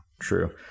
True